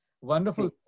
Wonderful